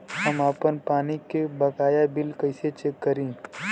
हम आपन पानी के बकाया बिल कईसे चेक करी?